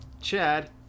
Chad